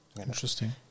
Interesting